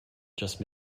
just